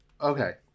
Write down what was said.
Okay